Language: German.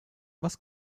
was